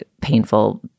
painful